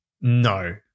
No